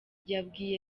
yabwiye